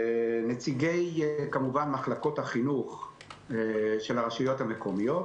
נציגי מחלקות החינוך של הרשויות המקומיות,